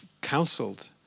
counseled